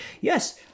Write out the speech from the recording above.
yes